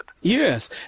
Yes